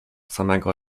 samego